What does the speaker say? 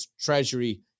treasury